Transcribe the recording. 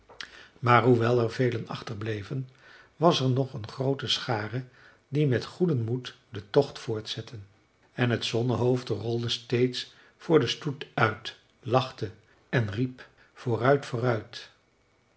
maar hoewel er velen achterbleven was er nog een groote schare die met goeden moed den tocht voortzetten en het zonnehoofd rolde steeds voor den stoet uit lachte en riep vooruit vooruit